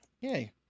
yay